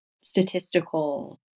statistical